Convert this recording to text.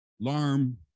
alarm